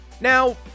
Now